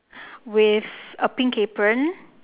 with a pink apron